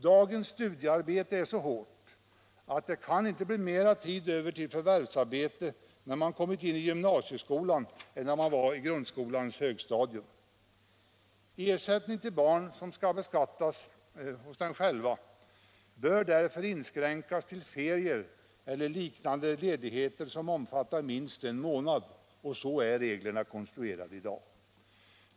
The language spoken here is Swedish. Dagens studiearbete är så hårt, att det inte kan bli mera tid över till förvärvsarbete när man kommit in i gymnasieskolan än det var på grundskolans högstadium. Ersättning till barn som skall beskattas hos barnen själva bör därför inskränkas till ferier eller liknande ledigheter som omfattar minst en månad, och så är reglerna konstruerade i dag.